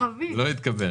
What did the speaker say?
הצבעה לא אושר לא התקבל.